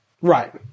right